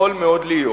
יכול מאוד להיות,